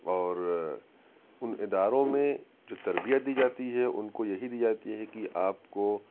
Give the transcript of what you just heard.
اور ان اداروں میں جو تربیت دی جاتی ہے ان کو یہی دی جاتی ہے کہ آپ کو